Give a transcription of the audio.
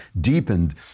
deepened